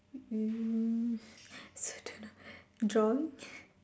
hmm I also don't know drawing